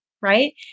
right